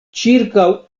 ĉirkaŭ